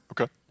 Okay